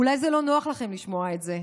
אולי זה לא נוח לכם לשמוע את זה,